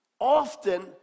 Often